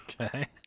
Okay